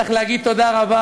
צריך להגיד תודה רבה,